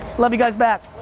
love you guys back.